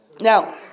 Now